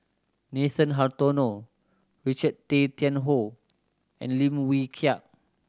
Nathan Hartono Richard Tay Tian Hoe and Lim Wee Kiak